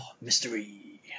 Mystery